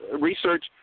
research